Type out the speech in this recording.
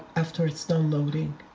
after it's done loading.